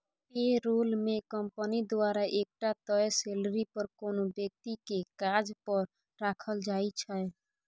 पे role मे company द्वारा एकटा तय सेलरी पर कोनो बेकती केँ काज पर राखल जाइ छै